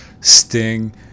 Sting